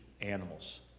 animals